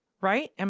right